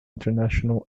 international